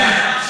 גם אותך